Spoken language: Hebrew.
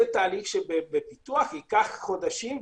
זה תהליך שבפיתוח ייקח חודשים,